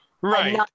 Right